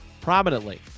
prominently